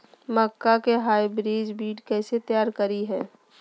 मक्का के हाइब्रिड बीज कैसे तैयार करय हैय?